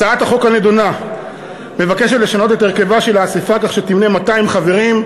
הצעת החוק הנדונה מבקשת לשנות את הרכבה של האספה כך שתמנה 200 חברים,